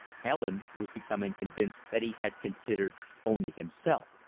helen was becoming convinced that he had considered only himself.